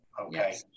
okay